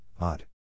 odd